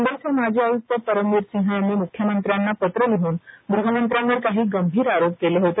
मुंबईचे माजी आयुक्त परमवीर सिंह यांनी मुख्यमंत्र्यांना पत्र लिहून गृहमंत्र्यांवर काही गंभीर आरोप केले होते